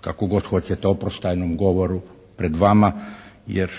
kako god hoćete oproštajnom govoru pred nama jer